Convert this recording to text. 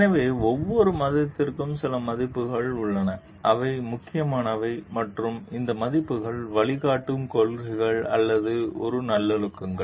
எனவே ஒவ்வொரு மதத்திற்கும் சில மதிப்புகள் உள்ளன அவை முக்கியமானவை மற்றும் இந்த மதிப்புகள் வழிகாட்டும் கொள்கைகள் அல்லது ஒரு நல்லொழுக்கங்கள்